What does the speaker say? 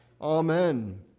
Amen